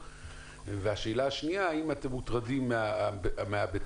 והשאלה השניה האם אתם מוטרדים מהבטיחות